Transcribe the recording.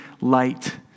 light